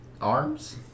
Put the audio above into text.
Arms